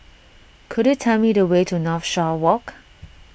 could you tell me the way to Northshore Walk